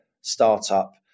startup